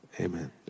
Amen